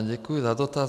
Děkuji za dotaz.